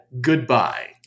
goodbye